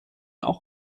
auch